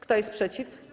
Kto jest przeciw?